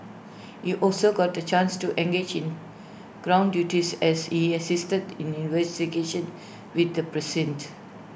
he also got the chance to engage in ground duties as he assisted in investigations within the precinct